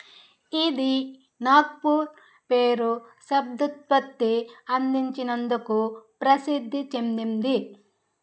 ఇది నాగ్పూర్ పేరు శబ్దుత్పత్తి అందించినందుకు ప్రసిద్ధి చెందింది